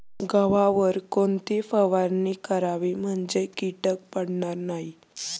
गव्हावर कोणती फवारणी करावी म्हणजे कीड पडणार नाही?